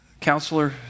counselor